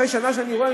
ואחרי שנה אני רואה,